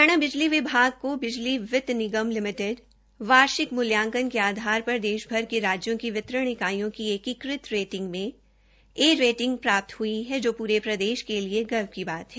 हरियाणा बिजली विभाग को बिजी वित्त निगम लिमिटेड वार्षिक मुल्यांकन के आधार पर देशभर के राज्यों की वितरण इकाइयो की एकीकृत रेंटिंग में ए रेटिंग प्राप्त हुई है जो पूरे प्रदेश के लिए गर्व की बात है